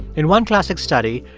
in one classic study,